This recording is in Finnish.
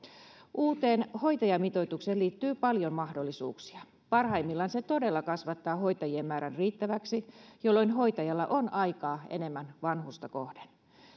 uuteen hoitajamitoitukseen liittyy paljon mahdollisuuksia parhaimmillaan se todella kasvattaa hoitajien määrän riittäväksi jolloin hoitajalla on aikaa enemmän vanhusta kohden